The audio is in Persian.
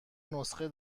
نسخه